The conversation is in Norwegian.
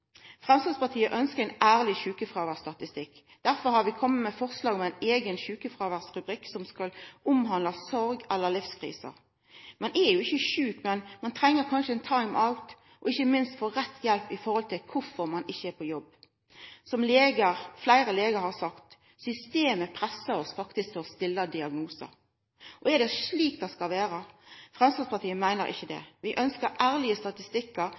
Framstegspartiet ønskjer ein ærleg sjukefråværsstatistikk. Derfor har vi komme med forslag om ein eigen sjukefråværsrubrikk som skal omhandla sorg eller livskrise. Ein er jo ikkje sjuk, men treng kanskje ein «time-out» og ikkje minst å få rett hjelp når det gjeld kvifor ein ikkje er på jobb. Som fleire legar har sagt: Systemet pressar oss faktisk til å stilla diagnosar. Er det slik det skal vera? Framstegspartiet meiner ikkje det. Vi ønskjer ærlege statistikkar